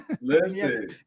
Listen